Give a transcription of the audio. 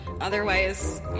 Otherwise